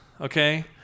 okay